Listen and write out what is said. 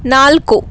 ನಾಲ್ಕು